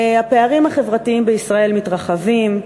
הפערים החברתיים בישראל מתרחבים,